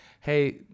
hey